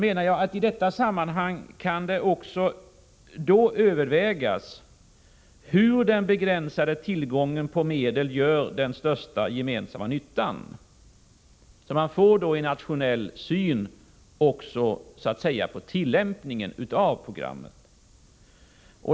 I detta sammanhang kan det också övervägas hur den begränsade tillgången på medel gör den största gemensamma nyttan, så att man får en nationell syn även på tillämpningen av programmet.